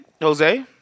Jose